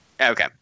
Okay